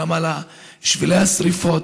גם על שבילי השרפות.